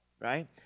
right